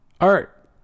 Art